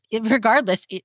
regardless